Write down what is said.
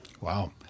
Wow